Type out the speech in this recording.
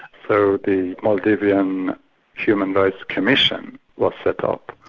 so the maldivian human rights commission was set up.